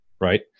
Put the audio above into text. right